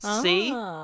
See